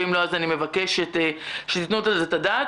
ואם לא, אני מבקשת תיתנו על זה את הדעת.